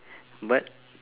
but